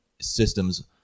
systems